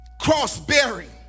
cross-bearing